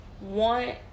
want